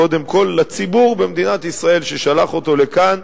קודם כול לציבור במדינת ישראל ששלח אותו לכאן,